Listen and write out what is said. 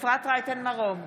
אפרת רייטן מרום,